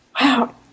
Wow